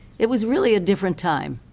it was really a different time.